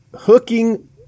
hooking